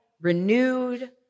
renewed